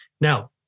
Now